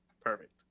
perfect